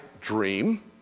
dream